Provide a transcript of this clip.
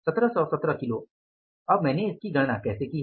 1717 kilo अब मैंने इसकी गणना कैसे की है